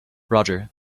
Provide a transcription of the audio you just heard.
roger